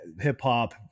hip-hop